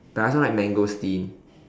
but I also like mangosteen